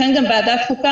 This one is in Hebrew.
לכן גם ועדת חוקה,